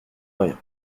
rien